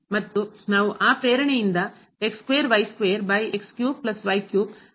ಮತ್ತು ನಾವು ಆ ಪ್ರೇರಣೆಯಿಂದ ಅನುಸರಿಸುವ ನಿರಂತರತೆಯನ್ನು ಈಗ ಚರ್ಚಿಸುತ್ತೇವೆ